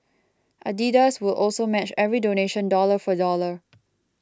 Adidas will also match every donation dollar for dollar